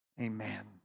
Amen